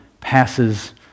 passes